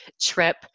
trip